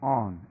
on